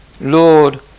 Lord